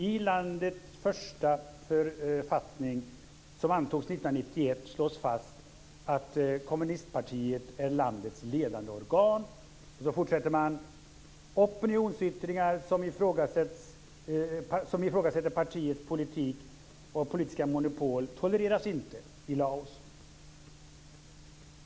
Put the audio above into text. I landets första författning, som antogs 1991, slås fast att kommunistpartiet är landets ledande organ. Sedan fortsätter man: Opinionsyttringar som ifrågasätter partiets politik och politiska monopol tolereras inte i Laos.